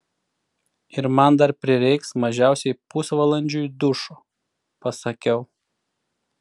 ir man dar prireiks mažiausiai pusvalandžiui dušo pasakiau